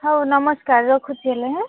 ହଉ ନମସ୍କାର ରଖୁଛି ହେଲେ